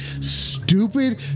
stupid